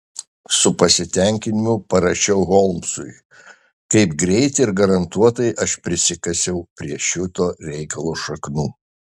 su pasitenkinimu parašiau holmsui kaip greit ir garantuotai aš prisikasiau prie šito reikalo šaknų